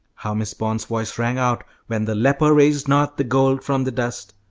how miss bond's voice rang out when the leper raised not the gold from the dust.